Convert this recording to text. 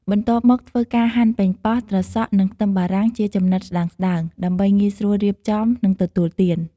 បន្ទាប់មកធ្វើការហាន់ប៉េងប៉ោះ ត្រសក់ និងខ្ទឹមបារាំងជាចំណិតស្តើងៗ ដើម្បីងាយស្រួលរៀបចំ និងទទួលទាន។